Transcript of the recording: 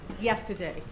yesterday